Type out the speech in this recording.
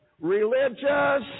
religious